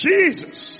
Jesus